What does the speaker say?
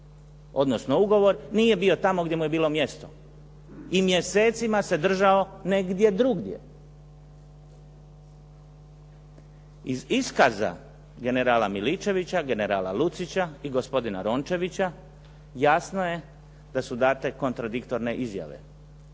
odnosno ugovor nije bio tamo gdje mu je bilo mjesto i mjesecima se držao negdje drugdje. Iz iskaza generala Miličevića, generala Lucića i gospodina Rončevića jasno je da su date kontradiktorne izjave,